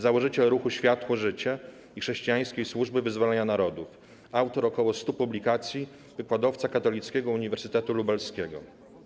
założyciel Ruchu Światło-Życie i Chrześcijańskiej Służby Wyzwolenia Narodów, autor około 100 publikacji, wykładowca Katolickiego Uniwersytetu Lubelskiego.